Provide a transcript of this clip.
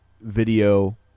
Video